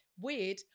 weird